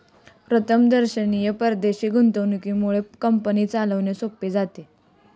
प्रथमदर्शनी परदेशी गुंतवणुकीमुळे कंपनी चालवणे सोपे जाते